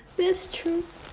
that's true